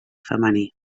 femení